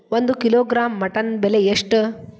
ಒಂದು kilogram mutton ಬೆಲೆ ಎಷ್ಟ್?